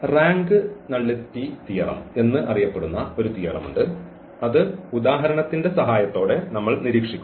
rank nullity theorem എന്ന് അറിയപ്പെടുന്ന ഒരു തിയറം ഉണ്ട് അത് ഉദാഹരണത്തിന്റെ സഹായത്തോടെ നമ്മൾ നിരീക്ഷിക്കും